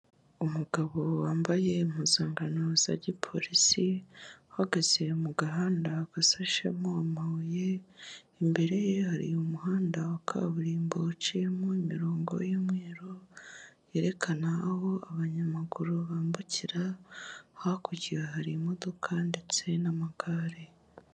Umugabo wambaye impuzankano za gipolisi, uhagaze mu gahanda gasashemo amabuye, imbere ye hari umuhanda wa kaburimbo waciyemo imirongo y'umweru, yerekana aho abanyamaguru bambukira, hakurya harimo ndetse n'amagare.